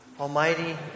Almighty